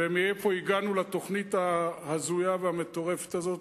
ומאיפה הגענו לתוכנית ההזויה והמטורפת הזו.